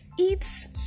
eats